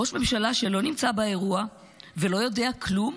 ראש ממשלה שלא נמצא באירוע ולא יודע כלום,